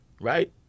Right